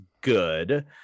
good